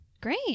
Great